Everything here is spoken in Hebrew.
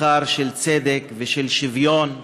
מחר של צדק ושל שוויון לכולנו.